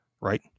right